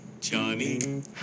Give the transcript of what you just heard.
Johnny